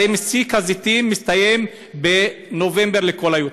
הרי מסיק הזיתים מסתיים בנובמבר, לכל היותר,